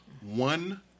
one